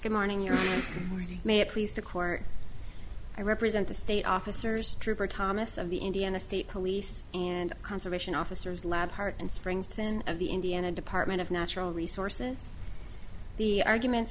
good morning your may it please the court i represent the state officers trooper thomas of the indiana state police and conservation officers lab part and springs ten of the indiana department of natural resources the arguments